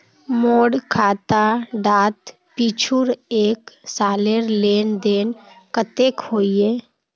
मोर खाता डात पिछुर एक सालेर लेन देन कतेक होइए?